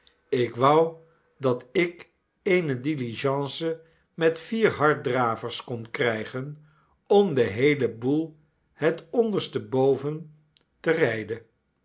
ik wou dat ik eene diligence met vier harddravers kon krijgen om den heelen boel het onderste boven te rijden